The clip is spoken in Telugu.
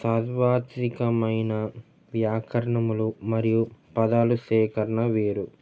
సాద్వాత్వికమైన వ్యాకరణములు మరియు పదాలు సేకరణ వేరు